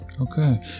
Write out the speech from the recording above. okay